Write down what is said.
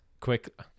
Quick